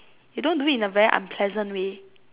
you don't do it in a very unpleasant way